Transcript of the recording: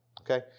okay